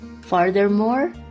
Furthermore